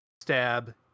stab